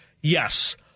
Yes